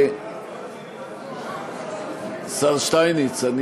השר שטייניץ,